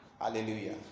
Hallelujah